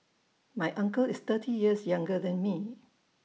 my uncle is thirty years younger than me